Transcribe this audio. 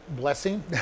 blessing